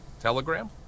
Telegram